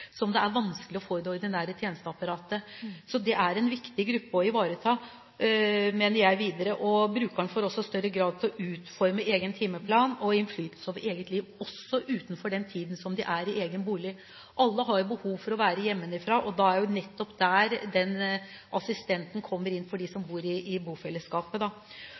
som det er vanskelig å få i det ordinære tjenesteapparatet. Det er en viktig gruppe å ivareta, mener jeg. Brukeren får i større grad utforme egen timeplan og får innflytelse over eget liv, også utenfor den tiden som de er i egen bolig. Alle har behov for å være hjemmefra, og da er det nettopp der assistenten kommer inn for dem som bor i